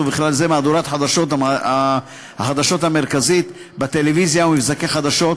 ובכלל זה מהדורת החדשות המרכזית בטלוויזיה ומבזקי חדשות,